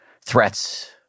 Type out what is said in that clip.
threats